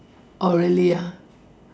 oh really ah